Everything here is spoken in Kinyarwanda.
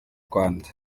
rwanda